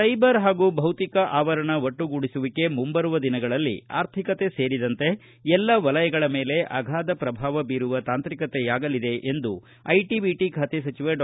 cyber ಹಾಗೂ ಭೌತಿಕ ಆವರಣ ಒಟ್ಟುಗೂಡಿಸುವಿಕೆ ಮುಂಬರುವ ದಿನಗಳಲ್ಲಿ ಆರ್ಥಿಕತೆ ಸೇರಿದಂತೆ ಎಲ್ಲಾ ವಲಯಗಳ ಮೇಲೆ ಅಗಾಧ ಪ್ರಭಾವ ಬೀರುವ ತಾಂತ್ರಿಕತೆಯಾಗಲಿದೆ ಎಂದು ಐಟಿ ಬಿಟಿ ಖಾತೆ ಸಚಿವ ಡಾ